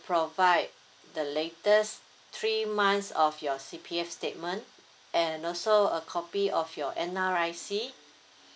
provide the latest three months of your C_P_F statement and also a copy of your N_R_I_C